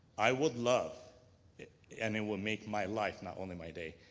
i would love it and it will make my life, not only my day,